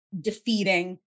defeating